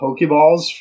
Pokeballs